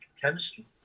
chemistry